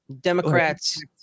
Democrats